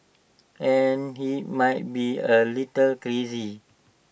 and he might be A little crazy